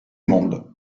monde